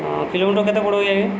ହଁ କିଲୋମିଟର